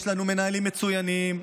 יש לנו מנהלים מצוינים,